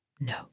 No